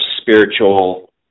spiritual